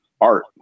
art